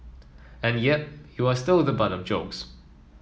and yep you are still the butt of jokes